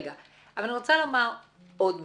אני רוצה לומר עוד משהו,